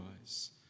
eyes